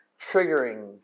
triggering